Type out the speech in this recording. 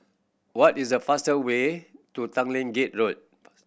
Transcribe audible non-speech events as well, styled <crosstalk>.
what is the faster way to Tanglin Gate Road <unintelligible>